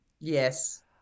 Yes